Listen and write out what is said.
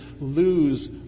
lose